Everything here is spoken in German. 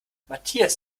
matthias